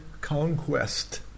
conquest